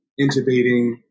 intubating